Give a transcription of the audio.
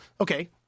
okay